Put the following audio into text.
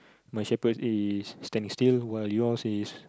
my shepherd is standing still while yours is